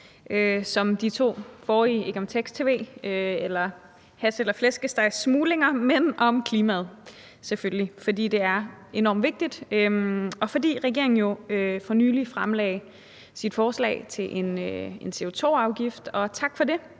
som de to forrige – ikke om tekst-tv eller hash- eller flæskestegssmugling, men om klimaet, selvfølgelig, fordi det er enormt vigtigt, og fordi regeringen jo for nylig fremlagde sit forslag til en CO2-afgift, og tak for det.